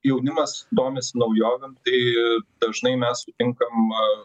jaunimas domisi naujovėm tai dažnai mes sutinkam